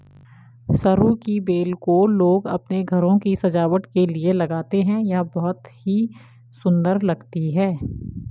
सरू की बेल को लोग अपने घरों की सजावट के लिए लगाते हैं यह बहुत ही सुंदर लगती है